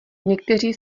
někteří